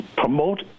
promote